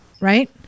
right